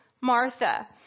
Martha